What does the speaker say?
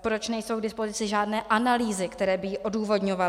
Proč nejsou k dispozici žádné analýzy, které by ji odůvodňovaly?